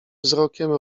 wzrokiem